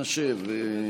אנא שב.